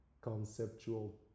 conceptual